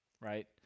right